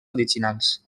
originals